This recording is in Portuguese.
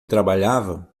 trabalhava